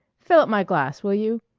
fill up my glass, will you?